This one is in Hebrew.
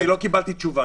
אני לא קיבלתי תשובה.